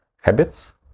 habits